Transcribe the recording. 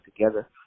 together